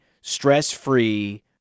stress-free